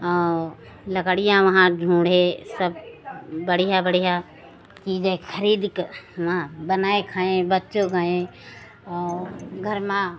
और लकड़ियाँ वहाँ ढूँढे सब बढ़ियाँ बढ़ियाँ चीज़ें खरीदकर वहाँ बनाए खाए बच्चे गए और घर में